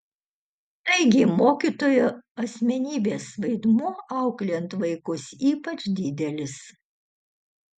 taigi mokytojo asmenybės vaidmuo auklėjant vaikus ypač didelis